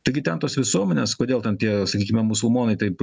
taigi ten tos visuomenės kodėl ten tie sakykime musulmonai taip